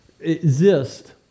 exist